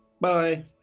Bye